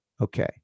Okay